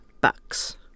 bucks